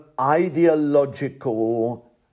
ideological